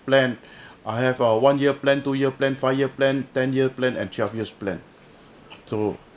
plan I have a one year plan two year plan five year plan ten year plan and twelve years plan so